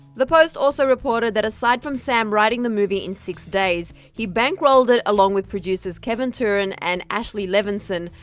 the post also reported that aside from sam writing the movie in six days, he bankrolled it along with producers kevin turen and ashley levinson,